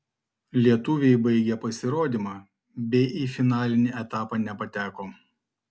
lietuviai baigė pasirodymą bei į finalinį etapą nepateko